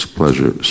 pleasure